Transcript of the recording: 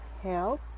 Health